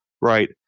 right